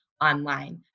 online